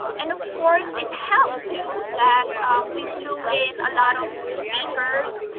and of course, it helped too that we flew in a lot of speakers.